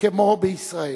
כמו בישראל,